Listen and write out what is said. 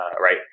right